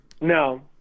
No